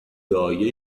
دایه